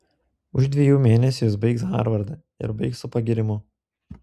už dviejų mėnesių jis baigs harvardą ir baigs su pagyrimu